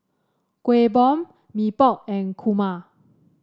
Kueh Bom Mee Pok and kurma